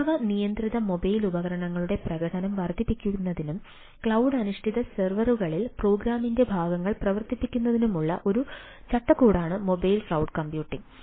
വിഭവ നിയന്ത്രിത മൊബൈൽ ഉപകരണങ്ങളുടെ പ്രകടനം വർദ്ധിപ്പിക്കുന്നതിനും ക്ലൌഡ് അധിഷ്ഠിത സെർവറുകളിൽ പ്രോഗ്രാമിന്റെ ഭാഗങ്ങൾ പ്രവർത്തിപ്പിക്കുന്നതിനുമുള്ള ഒരു ചട്ടക്കൂടാണ് മൊബൈൽ ക്ലൌഡ് കമ്പ്യൂട്ടിംഗ്